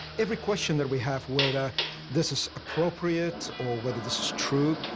every question that we have, whether this is appropriate or whether this is true,